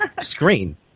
screen